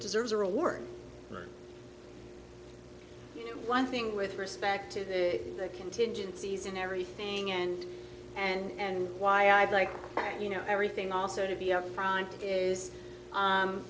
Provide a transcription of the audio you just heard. deserves a reward you know one thing with respect to the contingencies and everything and and why i'd like you know everything also to be upfront is